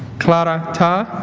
clara ta